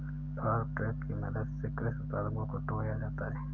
farm truck की मदद से कृषि उत्पादों को ढोया जाता है